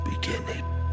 beginning